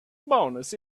bonus